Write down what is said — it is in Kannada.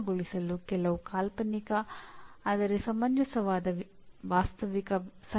ಇವುಗಳಲ್ಲಿ ಕೆಲವು ಒಳ್ಳೆಯ ಹೇಳಿಕೆಗಳು ಮತ್ತು ಕೆಲವು ಕೆಟ್ಟ ಹೇಳಿಕೆಗಳು ಇವೆ